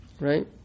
right